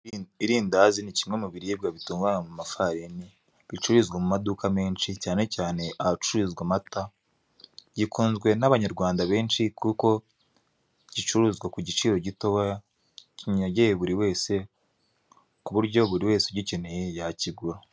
Irindazi ni kimwe mu biribwa bitunganywa mu mafarini gicururizwa mu maduka menshi cyane cyane ahacururizwa amata gikunzwe n'abanyarwanda benshi kuko gicuruzwa ku giciro gitoya kinogeye buri wese ku buryo buri wese ugikeneye yakigura.